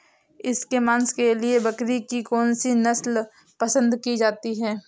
इसके मांस के लिए बकरी की कौन सी नस्ल पसंद की जाती है?